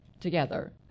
together